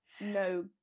no